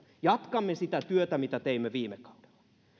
jatkamme sitä työtä mitä teimme viime kaudella